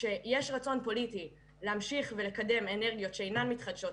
יש רצון פוליטי להמשיך ולקדם אנרגיות שאינן מתחדשות,